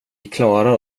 klarar